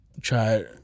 try